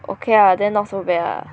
okay lah then not so bad lah